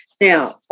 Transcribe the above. Now